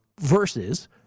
versus